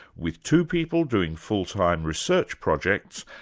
with two people doing full-time research projects,